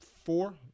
Four